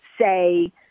say